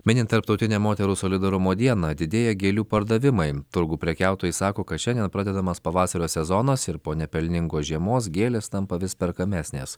minint tarptautinę moterų solidarumo dieną didėja gėlių pardavimai turgų prekiautojai sako kad šiandien pradedamas pavasario sezonas ir po nepelningos žiemos gėlės tampa vis perkamesnės